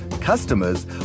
customers